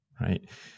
right